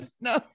no